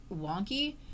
wonky